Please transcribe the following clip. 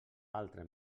altra